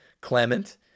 Clement